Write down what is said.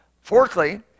Fourthly